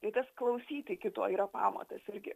ir tas klausyti kito yra pamatas irgi